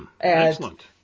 Excellent